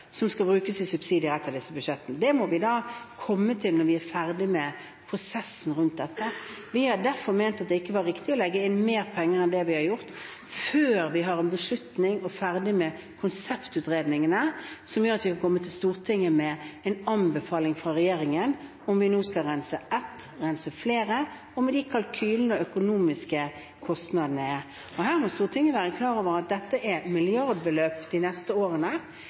som skal brukes i subsidier i et av disse budsjettene. Det må vi komme til når vi er ferdig med prosessen rundt dette. Vi har derfor ment at det ikke var riktig å legge inn mer penger enn det vi har gjort, før vi har en beslutning og er ferdig med konseptvalgutredningene som gjør at vi kan komme til Stortinget med en anbefaling fra regjeringen om hvorvidt vi nå skal rense ett, skal rense flere – og med de kalkylene og de økonomiske kostnadene som er. Her må Stortinget være klar over at dette er milliardbeløp de neste årene,